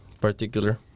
particular